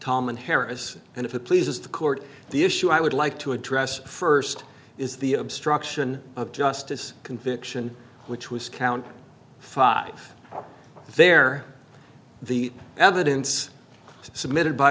and harris and if it pleases the court the issue i would like to address first is the obstruction of justice conviction which was count five there the evidence submitted by